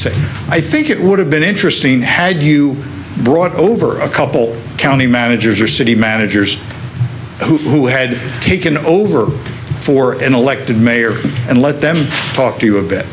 say i think it would have been interesting had you brought over a couple county managers or city managers who had taken over for an elected mayor and let them talk to